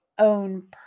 own